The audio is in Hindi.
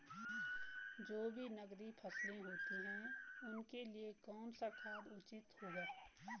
जो भी नकदी फसलें होती हैं उनके लिए कौन सा खाद उचित होगा?